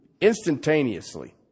instantaneously